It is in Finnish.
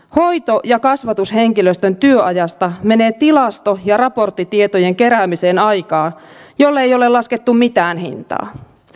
hoito ja kasvatushenkilöstön työajasta menee tilasto ja raporttitietojen keräämiseen aikaa jolle ei ole laskettu mitään hintaa